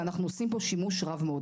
ואנחנו עושים בו שימוש רב מאוד,